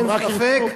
הם רק ירצו,